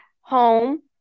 home